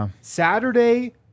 Saturday